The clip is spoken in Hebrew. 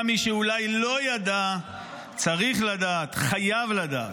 גם מי שאולי לא ידע צריך לדעת, חייב לדעת.